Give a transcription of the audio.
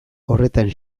horretan